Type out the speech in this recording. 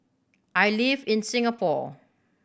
I live in Singapore